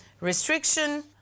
restriction